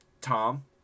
Tom